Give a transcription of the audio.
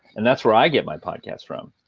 and that's where i get my podcasts from.